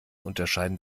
unterscheiden